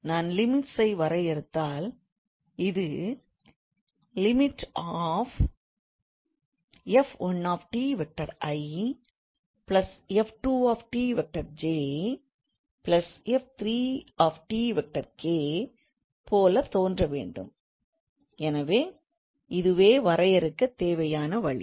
இப்போது நான் Limits ஐ வரையறுத்தால் இதுlim 𝑓1𝑡𝑖̂ 𝑓2𝑡𝑗̂ 𝑓3𝑡𝑘̂ போல தோன்ற வேண்டும் எனவே இதுவே வரையறுக்க தேவையான வழி